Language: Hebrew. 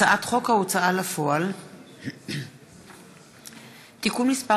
הצעת חוק ההוצאה לפועל (תיקון מס'